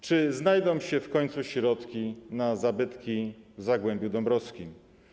Czy znajdą się w końcu środki na zabytki w Zagłębiu Dąbrowskim?